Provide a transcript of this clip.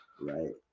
Right